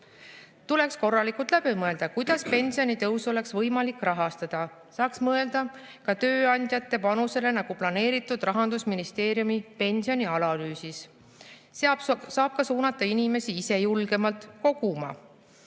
Tuleks korralikult läbi mõelda, kuidas pensionitõusu oleks võimalik rahastada. Saaks mõelda ka tööandjate panusele, nagu planeeritud Rahandusministeeriumi pensionianalüüsis. Saab ka suunata inimesi ise julgemalt koguma.